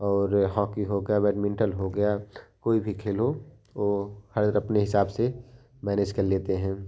और हॉकी हो गया बैडमिंटन हो गया कोई भी खेलो वह हर एक अपने हिसाब से मैनेज कर लेते हैं